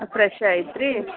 fresh ಐತ್ರೀ